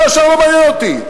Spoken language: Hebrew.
כל השאר לא מעניין אותי.